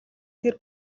тэр